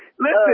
Listen